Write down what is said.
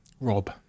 rob